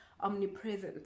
omnipresent